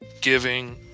Giving